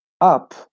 up